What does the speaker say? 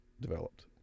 developed